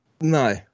No